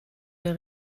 der